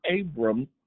Abram